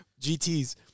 GT's